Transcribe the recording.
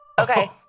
Okay